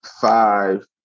five